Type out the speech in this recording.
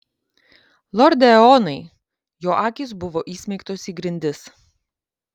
lorde eonai jo akys buvo įsmeigtos į grindis